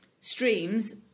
streams